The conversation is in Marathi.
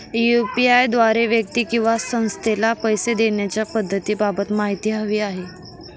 यू.पी.आय द्वारे व्यक्ती किंवा संस्थेला पैसे देण्याच्या पद्धतींबाबत माहिती हवी आहे